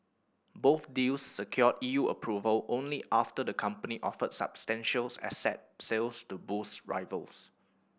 both deals secured E U approval only after the company offered substantial asset sales to boost rivals